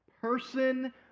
person